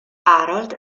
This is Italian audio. harold